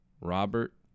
Robert